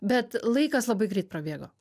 bet laikas labai greit prabėgo